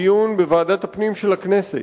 דיון בוועדת הפנים של הכנסת,